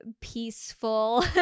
peaceful